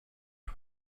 ran